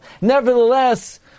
Nevertheless